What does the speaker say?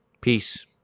peace